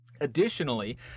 Additionally